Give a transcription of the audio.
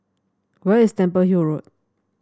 where is Temple Hill Road